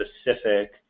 specific